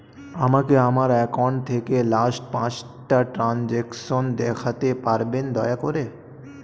আমাকে আমার অ্যাকাউন্ট থেকে লাস্ট পাঁচটা ট্রানজেকশন দেখাতে পারবেন দয়া করে